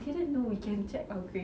I didn't know we can check our grades